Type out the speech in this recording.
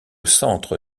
centre